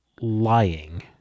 lying